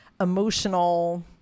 emotional